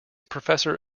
professor